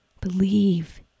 Believe